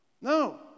No